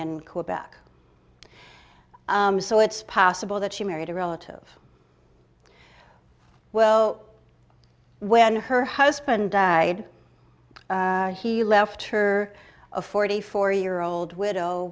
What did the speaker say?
in quebec so it's possible that she married a relative well when her husband died he left her a forty four year old widow